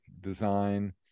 design